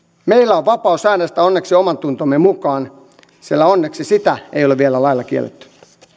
meillä on vapaus äänestää onneksi omantuntomme mukaan sillä onneksi sitä ei ole vielä lailla kielletty